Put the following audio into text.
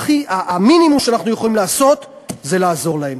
והמינימום שאנחנו יכולים לעשות זה לעזור להם.